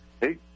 Hey